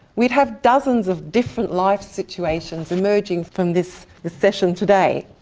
we'd have dozens of different life situations emerging from this session today.